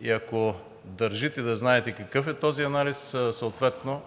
и ако държите да знаете какъв е този анализ, съответно